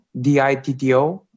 D-I-T-T-O